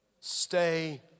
Stay